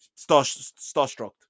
starstruck